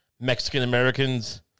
Mexican-Americans